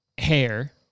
Hair